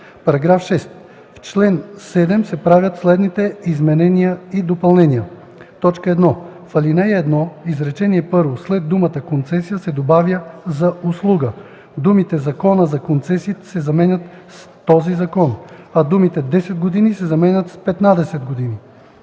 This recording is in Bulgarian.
§ 6: „§ 6. В чл. 7 се правят следните изменения и допълнения: 1. В ал. 1, изречение първо след думата „концесия” се добавя „за услуга”, думите „Закона за концесиите” се заменят с „този закон”, а думите „10 години” се заменят с „15 години”.